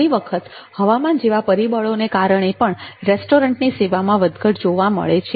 ઘણી વખત હવામાન જેવા પરિબળોને કારણે પણ રેસ્ટોરન્ટની સેવામાં વધઘટ જોવા મળે છે